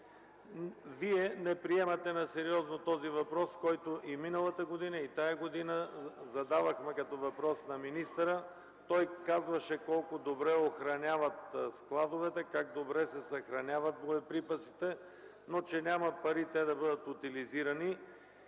Вие не приемате на сериозно този въпрос, който и миналата, и тази година задавахме на министъра. Той казваше колко добре охраняват складовете, как добре се съхраняват боеприпасите, но няма пари те да бъдат утилизирани.